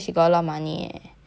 she like